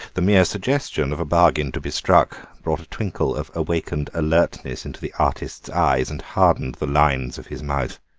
the mere suggestion of a bargain to be struck brought a twinkle of awakened alertness into the artist's eyes, and hardened the lines of his mouth.